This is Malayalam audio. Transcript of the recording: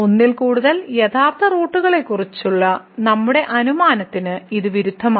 ഒന്നിൽ കൂടുതൽ യഥാർത്ഥ റൂട്ടുകളെക്കുറിച്ചുള്ള നമ്മുടെ അനുമാനത്തിന് ഇത് വിരുദ്ധമാണ്